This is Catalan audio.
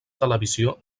televisió